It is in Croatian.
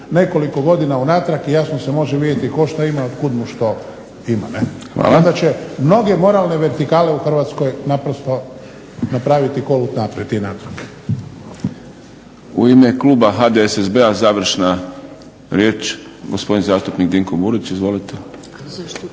nekoliko godina unatrag i jasno se može vidjeti tko šta ima i otkud mu što ima. Onda će mnoge moralne vertikale u Hrvatskoj naprosto napraviti kolut naprijed i natrag. **Šprem, Boris (SDP)** Hvala. U ime kluba HDSSB-a završna riječ, gospodin zastupnik Dinko Burić. Izvolite.